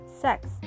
sex